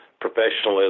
professionalism